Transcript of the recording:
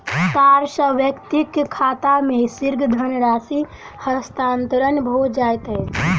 तार सॅ व्यक्तिक खाता मे शीघ्र धनराशि हस्तांतरण भ जाइत अछि